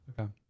Okay